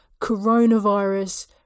coronavirus